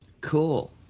Cool